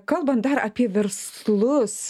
kalbant dar apie verslus